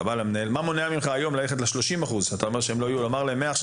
מה מונע ממך ללכת ל-30% ולומר להם מעכשיו